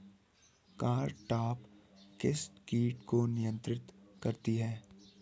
Cartap किस किट को नियंत्रित करती है?